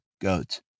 goats